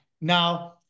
Now-